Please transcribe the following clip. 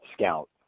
scout